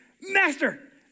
Master